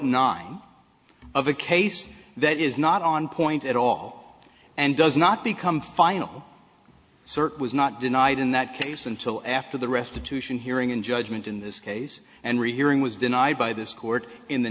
nine of a case that is not on point at all and does not become final circ was not denied in that case until after the restitution hearing and judgment in this case and rehearing was denied by this court in the